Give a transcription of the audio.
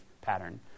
pattern